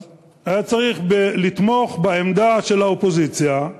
אז הוא היה צריך לתמוך בעמדה של האופוזיציה,